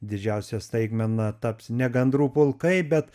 didžiausia staigmena taps ne gandrų pulkai bet